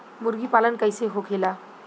मुर्गी पालन कैसे होखेला?